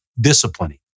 disciplining